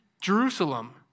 Jerusalem